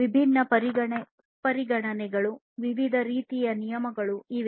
ವಿಭಿನ್ನ ಪರಿಗಣನೆಗಳು ವಿವಿಧ ರೀತಿಯ ನಿಯಮಗಳು ಇವೆ